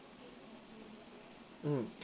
mm